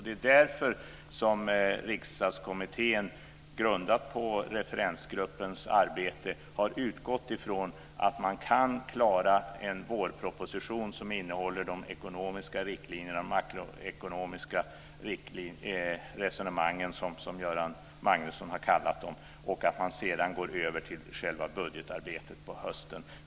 Det är därför som Riksdagskommittén grundat på referensgruppens arbete har utgått ifrån att man kan klara en vårproposition som innehåller de makroekonomiska riktlinjerna eller de makroekonomiska resonemangen, som Göran Magnusson har kallat dem, och att man sedan går över till själva bugetarbetet på hösten.